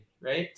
right